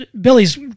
Billy's